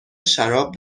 شراب